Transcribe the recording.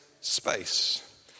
space